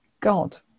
God